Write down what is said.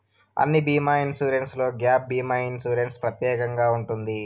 అన్ని బీమా ఇన్సూరెన్స్లో గ్యాప్ భీమా ఇన్సూరెన్స్ ప్రత్యేకంగా ఉంటది